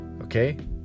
okay